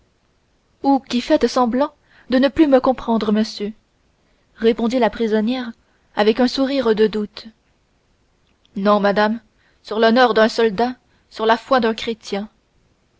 ou qui faites semblant de ne plus me comprendre monsieur répondit la prisonnière avec un sourire de doute non madame sur l'honneur d'un soldat sur la foi d'un chrétien